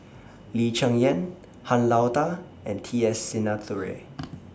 Lee Cheng Yan Han Lao DA and T S Sinnathuray